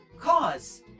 Cause